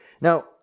Now